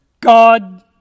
God